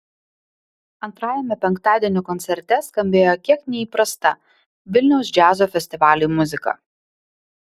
antrajame penktadienio koncerte skambėjo kiek neįprasta vilniaus džiazo festivaliui muzika